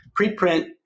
preprint